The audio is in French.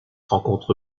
rencontre